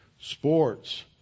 sports